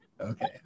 Okay